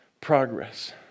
Progress